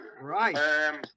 Right